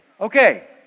Okay